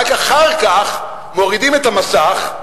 רק אחר כך מורידים את המסך,